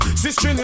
sister